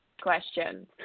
question